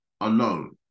alone